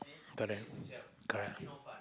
correct correct